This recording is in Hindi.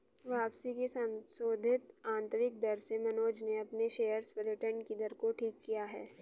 वापसी की संशोधित आंतरिक दर से मनोज ने अपने शेयर्स पर रिटर्न कि दर को ठीक किया है